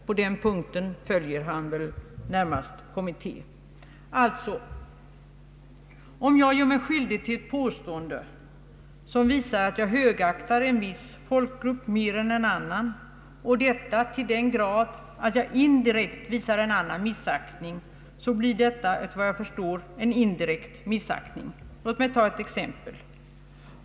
På den punkten följer han väl närmast kommittén. Om jag sålunda gör mig skyldig till ett påstående som visar att jag högaktar en viss folkgrupp mer än en annan och detta till den grad att jag indirekt visar en annan grupp missaktning, så blir detta, såvitt jag förstår, straffbart. Låt mig ta ett exempel.